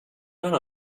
none